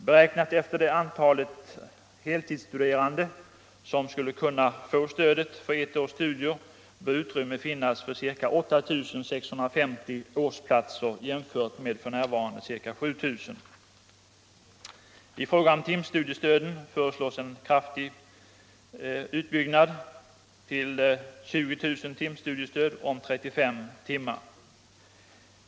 Beräknat efter det antal heltidsstuderande som skulle kunna få stödet för ett års studier bör utrymme finnas för ca 8 650 årsplatser jämfört med f. n. ca 7 000. I fråga om timstudiestöden föreslås en kraftig utbyggnad till 20 000 timstudiestöd om 35 timmar.